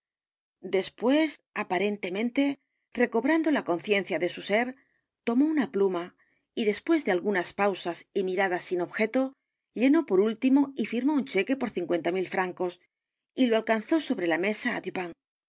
después aparentemente recobrando la conciencia de su ser tomó una pluma y después de algunas pausas y miradas sin objeto llenó p o r último y firmó u n cheque por cincuenta mil francos y lo a l canzó por sobre la mesa á dupin